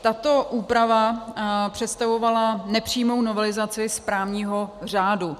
Tato úprava představovala nepřímou novelizaci správního řádu.